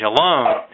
alone